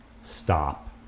stop